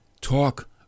talk